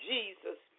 Jesus